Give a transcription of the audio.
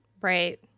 Right